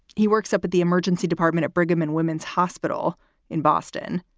he works up at the emergency department at brigham and women's hospital in boston.